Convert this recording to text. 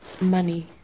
money